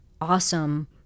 awesome